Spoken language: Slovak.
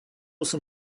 som